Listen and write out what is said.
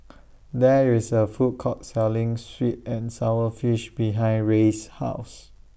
There IS A Food Court Selling Sweet and Sour Fish behind Rey's House